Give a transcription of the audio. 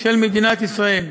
של מדינת ישראל.